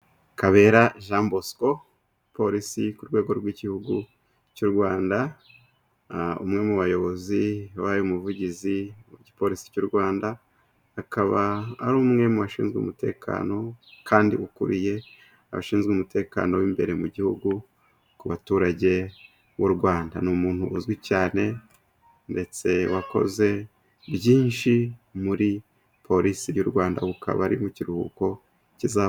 Kabera Ja Bosco polisi ku rwego rw'igihugu cy'u Rwanda, umwe mu bayobozi b'ubuvugizi mu gipolisi cy'u Rwanda, akaba ari umwe mu bashinzwe umutekano kandi ukuriye abashinzwe umutekano b'imbere mu gihugu, ku baturage b'u Rwanda ni umuntu uzwi cyane ndetse wakoze byinshi muri polisi y'u Rwanda, akaba ari mu kiruhuko kizazabukuru.